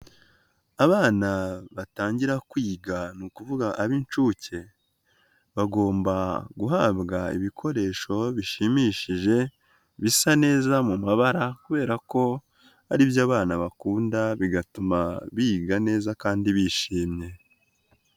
Abana batangira kwiga ni ukuvuga ab'inshuke, bagomba guhabwa ibikoresho bishimishije, bisa neza mu mabara kubera ko ari iby'abana bakunda, bigatuma biga neza kandi bishimye.